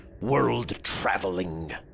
world-traveling